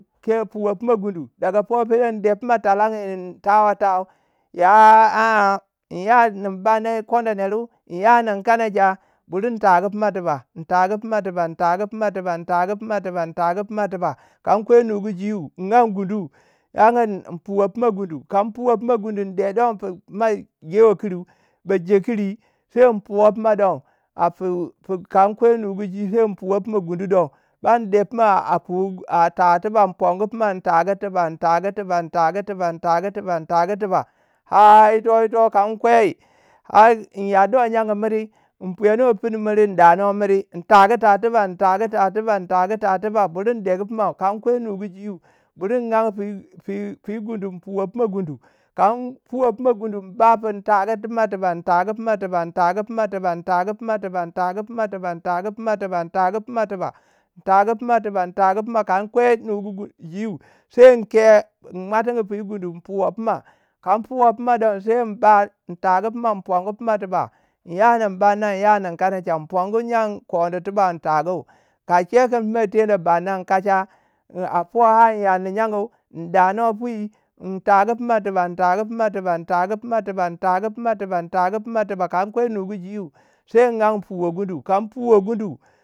ke fuwe funa gundu, daga po pere in dei pima talangye in tawe tau, ya aan in ya nin ba ne kono neru, inya nin kanacha buri in tagu pima tuba in tagu pima tiba in tagu pima tiba in tagu pima tiba. kan kwai nugu jiu in an gundu. angwe in puwe pima gundu kan puwe funa gundu in dei don pu jewei kiri, baje kiri sai in fuwe pima don. a pu- pu kan kwei nugu gui sai in puwe pima gundu don, ban de pima a a pui a ta tiba in pungu puma in tagu tiba in pongu tiba in tagu tiba in tagu tiba tagu tiba in tagu tiba. Ha ito ito kan kwai har in yardwei yan miri in fiyanu pinu miri in dana miri. in tagu ta tuba in tagu ta tuba in tagu ta tuba buri in deku puma kan kwai nugu jiu, buri in anye pwi gundu in puwe pima gundu kan puwe pima gundu yin ba pu yin tagu pima tuba in tagu pima tuba in tgu pima tuba in tagu pima tuba in tagu pima tuba in tagu pima tuba in tagu pima tiba in tagu pima tiba. kan kwei nugu gui. sai in ke inmuatingi puyi gundu in puwo puma. Kan puwo puma don sai in ba. in tagu pima in pongu puma tiba ya nin bawei nya nin kanacha pongu yan koni tuba in tagu. Ka che kun mei teno barna in kacha, in a po har in yardi nyanu. in danui pi in tagu pima tuba in tagu pima tuba in tagu pima tuba in tagu pima tuba. Kan ko nugu gui sai in an in puwo gundu. Kan puwei gundu.